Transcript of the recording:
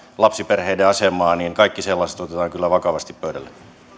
lapsiperheiden asemaa niin kaikki sellaiset otetaan kyllä vakavasti pöydälle